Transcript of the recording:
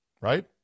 Right